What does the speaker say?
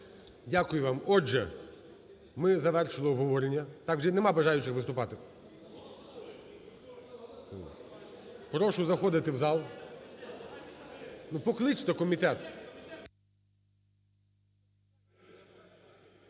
Дякую вам. Отже, ми завершили обговорення. Вже нема бажаючих виступати? Прошу заходити в зал. Покличте, комітет!